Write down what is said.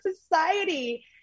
society